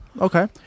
okay